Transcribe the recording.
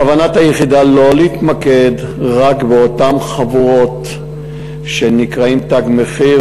בכוונת היחידה לא להתמקד רק באותן חבורות שנקראות "תג מחיר",